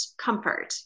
comfort